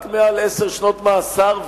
רק מעל עשר שנות מאסר,